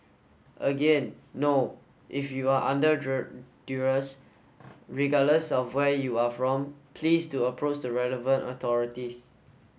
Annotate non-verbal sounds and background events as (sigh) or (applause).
again no if you are under (unintelligible) durees regardless of where you are from please do approach the relevant authorities